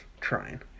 trying